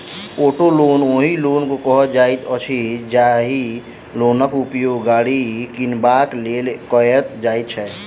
auto loan ओहि loan के कहल जाइत अछि, जाहि लोनक उपयोग गाड़ी किनबाक लेल कयल जाइत छै